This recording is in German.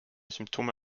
symptome